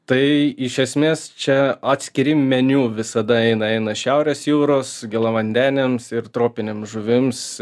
tai iš esmės čia atskiri meniu visada eina eina šiaurės jūros gėlavandenėms ir tropinėm žuvims